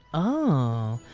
oh.